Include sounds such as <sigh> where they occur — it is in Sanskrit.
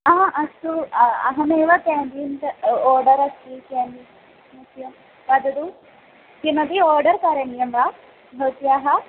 हा अस्तु अहमेव केन्डीन् ओर्डर् अस्ति <unintelligible> वदतु किमपि आर्डर् करणीयं वा भवत्याः